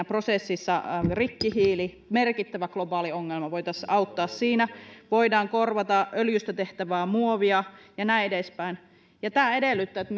prosessissa korvata rikkihiili merkittävä globaali ongelma voitaisiin auttaa siinä ja voidaan korvata öljystä tehtävää muovia ja näin edespäin tämä edellyttää että